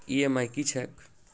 EMI की छैक?